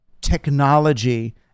technology